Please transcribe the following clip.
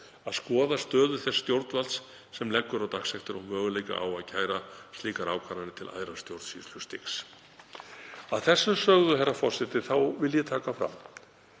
að skoða stöðu þess stjórnvalds sem leggur á dagsektir og möguleika á að kæra slíkar ákvarðanir til æðra stjórnsýslustigs. Að þessu sögðu, herra forseti, þá vil ég taka fram